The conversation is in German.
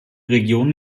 region